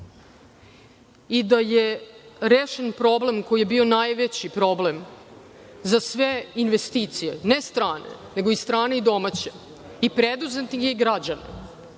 i da je rešen problem koji je bio najveći problem za sve investicije, ne strane, nego i strane i domaće i preduzetnike i građane,